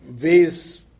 ways